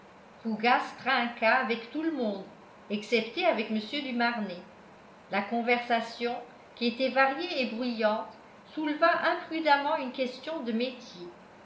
fougas trinqua avec tout le monde excepté avec mr du marnet la conversation qui était variée et bruyante souleva imprudemment une question de métier